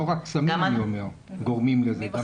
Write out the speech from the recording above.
לא רק סמים גורמים לזה.